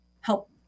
help